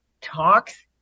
talks